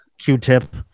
Q-tip